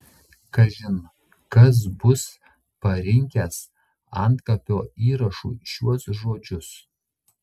kažin kas bus parinkęs antkapio įrašui šiuos žodžius